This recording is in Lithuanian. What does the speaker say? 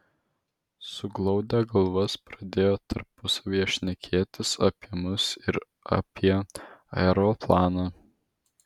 suglaudę galvas pradėjo tarpusavyje šnekėtis apie mus ir apie aeroplaną